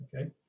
okay